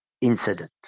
incident